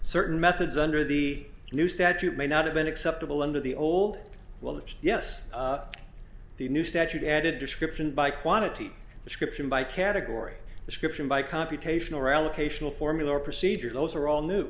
certain methods under the new statute may not have been acceptable under the old well yes the new statute added description by quantity description by category description by computation or allocation a formula or procedure those are all new